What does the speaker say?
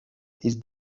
ist